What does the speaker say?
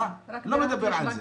לא מדבר על זה.